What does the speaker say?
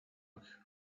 work